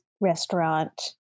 restaurant